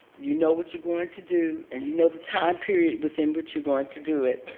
you know what you're going to do and you know the time period within which you're going to do it.